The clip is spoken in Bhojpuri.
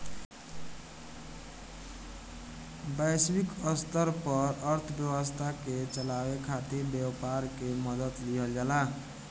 वैश्विक स्तर पर अर्थव्यवस्था के चलावे खातिर व्यापार के मदद लिहल जाला